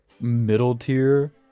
middle-tier